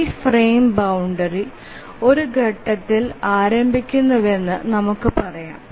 ഈ frame boundary ഒരു ഘട്ടത്തിൽ ആരംഭിക്കുന്നുവെന്ന് നമുക്ക് പറയാം